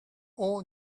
all